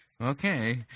Okay